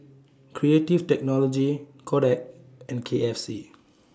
Creative Technology Kodak and K F C